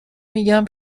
میگم